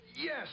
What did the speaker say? Yes